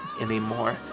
anymore